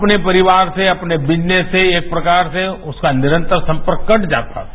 अपने परिवार से अपने विजनेस से एक प्रकार से उसका निरंतर संपर्क कट जाता था